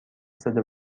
زده